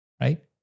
right